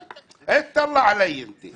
"אטלע עליי אנת".